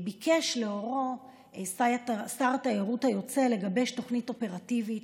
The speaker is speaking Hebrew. ביקש לאורו שר התיירות היוצא לגבש תוכנית אופרטיבית